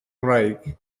ngwraig